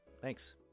Thanks